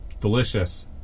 delicious